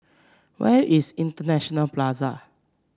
where is International Plaza